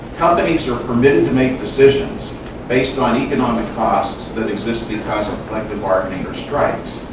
companies are permitted to make decisions based on economic costs that exist because of collective bargaining or strikes.